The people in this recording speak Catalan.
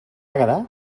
àgueda